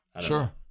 Sure